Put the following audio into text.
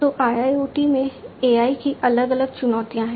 तो IIoT में AI की अलग अलग चुनौतियां हैं